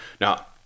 Now